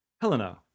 Helena